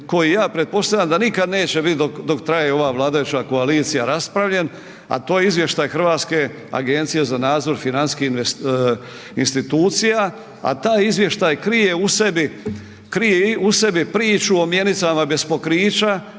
koji ja pretpostavljam da nikad neće bit dok, dok traje ova vladajuća koalicija raspravljen, a to je izvještaj Hrvatske agencije za nadzor financijskih institucija, a taj izvještaj krije u sebi, krije u sebi priču o mjenicama bez pokrića